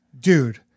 Dude